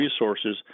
resources